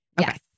Yes